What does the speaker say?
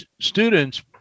students